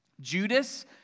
Judas